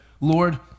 Lord